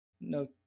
no